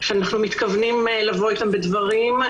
שאנחנו מתכוונים לבוא איתם בדברים.